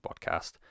podcast